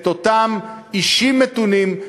את אותם אישים מתונים,